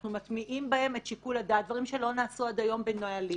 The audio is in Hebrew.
אנחנו מטמיעים בהם את שיקול הדעת דברים שלא נעשו עד היום בנהלים.